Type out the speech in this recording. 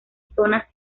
zonas